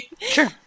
Sure